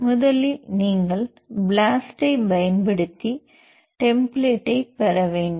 முதலில் நீங்கள் ப்ளாஸ்ட் பயன்படுத்தி டெம்பிளேட் பெற வேண்டும்